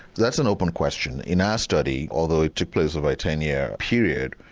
that's an open question. in our study, although it took place over a ten year period,